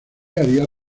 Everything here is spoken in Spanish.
haría